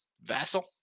Vassal